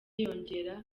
yongera